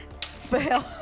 fail